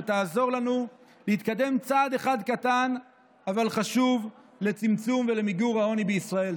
שתעזור לנו להתקדם צעד אחד קטן אבל חשוב לצמצום ולמיגור העוני בישראל.